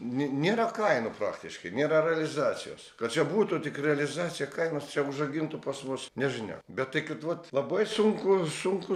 ne nėra kainų praktiškai nėra realizacijos kad čia būtų tik realizacija kainos čia užaugintų pas mus nežinia bet tai kad vat labai sunku sunku